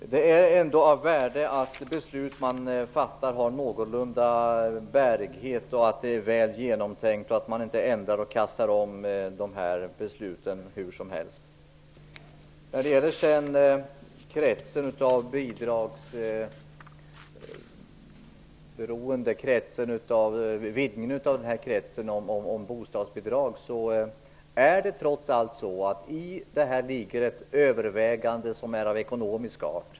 Det är ändå av värde att ett beslut har någorlunda god bärighet, att det hela är väl genomtänkt och att man inte ändrar och kastar om hur som helst. När det gäller frågan om en vidgning av kretsen människor som får bostadsbidrag är det trots allt så att här ligger ett övervägande av ekonomisk art.